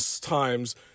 times